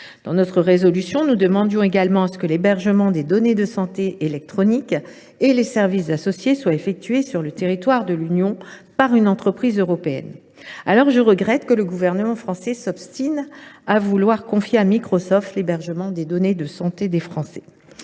données de santé, nous demandions également que les données de santé électroniques et les services associés soient hébergés sur le territoire de l’Union européenne, par une entreprise européenne. Aussi, je regrette que le gouvernement français s’obstine à vouloir confier à Microsoft l’hébergement des données de santé des Français…